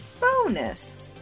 bonus